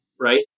right